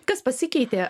kas pasikeitė